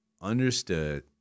understood